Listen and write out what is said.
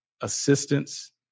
assistance